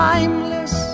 Timeless